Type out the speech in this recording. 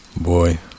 boy